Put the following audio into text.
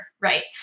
right